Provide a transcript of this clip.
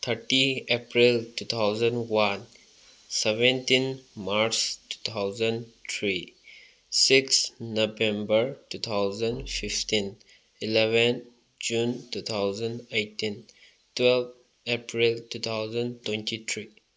thirty April two thousand one seventeen March two thousand three six November two thousand fifteen eleven June two thousand eighteen twelve April two thousand twenty three